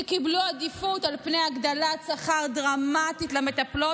שקיבלו עדיפות על הגדלת שכר דרמטית למטפלות,